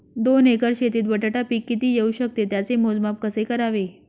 दोन एकर शेतीत बटाटा पीक किती येवू शकते? त्याचे मोजमाप कसे करावे?